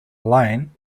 line